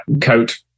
coat